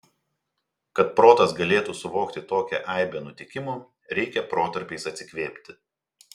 kad protas galėtų suvokti tokią aibę nutikimų reikia protarpiais atsikvėpti